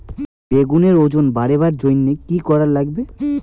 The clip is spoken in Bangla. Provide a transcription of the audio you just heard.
বেগুনের ওজন বাড়াবার জইন্যে কি কি করা লাগবে?